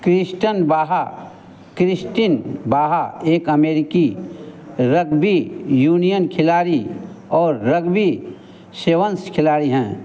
Kristen Baha Kristen Baha एक अमेरिकी rugby union खिलाड़ी और रग्बी सेवन्स खिलाड़ी हैं